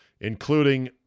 including